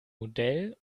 modell